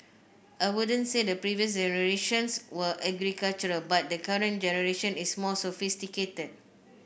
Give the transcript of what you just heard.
I wouldn't say the previous